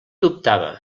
dubtava